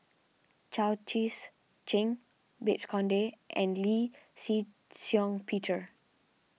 Chao Tzee Cheng Babes Conde and Lee Shih Shiong Peter